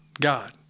God